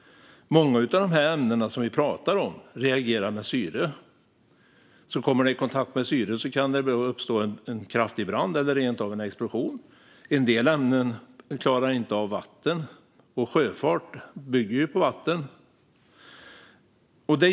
Många av de ämnen vi talar om reagerar med syre. Kommer de i kontakt med syre kan det uppstå en kraftig brand eller rent av en explosion. En del ämnen klarar inte av vatten, och sjöfart bygger ju på vatten.